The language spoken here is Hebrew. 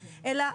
אלא,